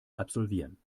absolvieren